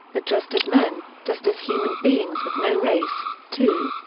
but just as men, just as human beings with no race two.